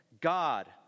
God